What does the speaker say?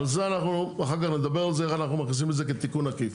אבל זה אנחנו אחר כך נדבר על זה איך אנחנו מכניסים את זה כתיקון עקיף.